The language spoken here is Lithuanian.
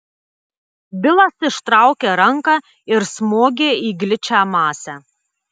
bilas ištraukė ranką ir smogė į gličią masę